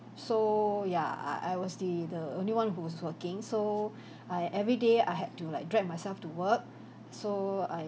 so ya I I was the the only one who was working so I everyday I had to like drag myself to work so I